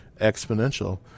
exponential